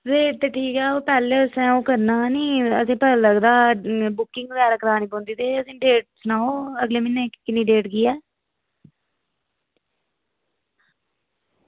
rate ते ठीक ऐ ओह् तुसें पैह्लें ओह् करना हा नी ते एह्दी बुकिंग करानी पौंदी ते एह्दी डेट सनाओ अगले म्हीनें किन्ने डेट दी ऐ